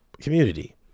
community